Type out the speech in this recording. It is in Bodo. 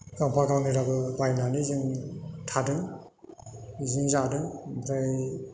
गांफा गांनैब्लाबो बायनानै जों थादों बिदिनो जादों ओमफ्राय